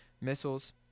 missiles